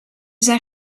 zijn